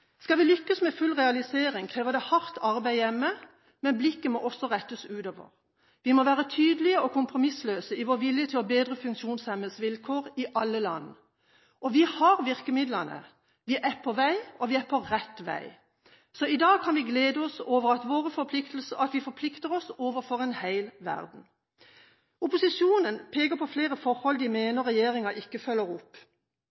Skal vi lykkes med full realisering, krever det hardt arbeid hjemme, men blikket må også rettes utover. Vi må være tydelige og kompromissløse i vår vilje til å bedre funksjonshemmedes vilkår i alle land. Vi har virkemidlene, vi er på vei, og vi er på rett vei. I dag kan vi glede oss over at vi forplikter oss overfor en hel verden. Opposisjonen peker på flere forhold de